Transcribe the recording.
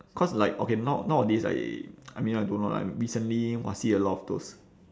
cause like okay now nowadays I I mean I don't know lah recently !wah! see a lot of those